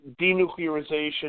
denuclearization